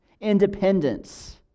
independence